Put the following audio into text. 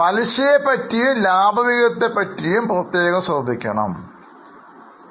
പലിശയെ കുറിച്ചും ലാഭവിഹിതത്തെ കുറിച്ചും പ്രത്യേകം ശ്രദ്ധിക്കേണ്ടതുണ്ട്